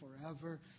forever